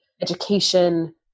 education